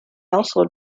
also